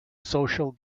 social